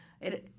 it